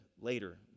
Later